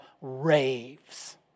raves